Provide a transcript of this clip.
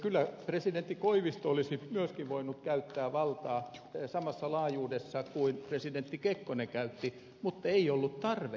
kyllä presidentti koivisto olisi myöskin voinut käyttää valtaa samassa laajuudessa kuin presidentti kekkonen käytti mutta ei ollut tarvetta käyttää